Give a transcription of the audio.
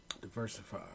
Diversify